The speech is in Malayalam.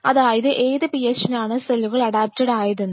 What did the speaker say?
അതായത് ഏത് PH നാണ് സെല്ലുകൾ അഡാപ്റ്റഡ് ആയതെന്ന്